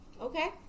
okay